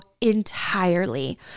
entirely